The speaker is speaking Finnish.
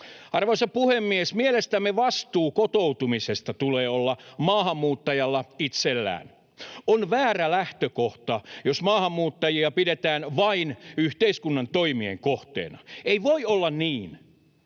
Arvoisa puhemies! Mielestämme vastuun kotoutumisesta tulee olla maahanmuuttajalla itsellään. On väärä lähtökohta, jos maahanmuuttajia pidetään vain yhteiskunnan toimien kohteena. Ei voi olla niin,